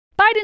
Biden